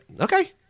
okay